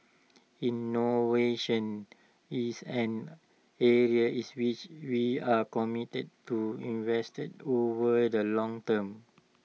innovation is an area is which we are committed to invested over the long term